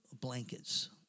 blankets